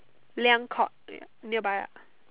Liang court wait ah near by ah